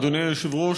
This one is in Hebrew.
אדוני היושב-ראש,